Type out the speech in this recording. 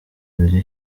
biri